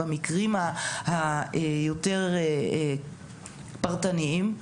במקרים היותר פרטניים,